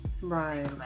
Right